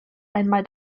einmal